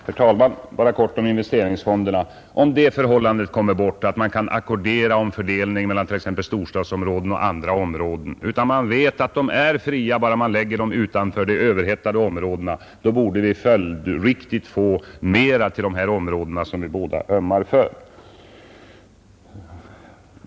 Herr talman! Bara kort några ord om investeringsfonderna. Om det förhållandet kommer bort att man skall ackordera om fördelningen av medlen mellan t.ex. storstadsområden och andra områden, och fonderna i stället är fria bara man lägger pengarna utanför de överhettade regionerna, då borde det följdriktigt bli så att mera tillförs de områden som herr Ekström och jag båda ömmar för.